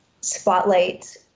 spotlight